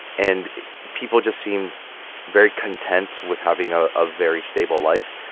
and people just seemed very content with having a ah very stable life.